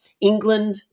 England